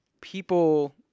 people